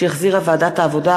שהחזירה ועדת העבודה,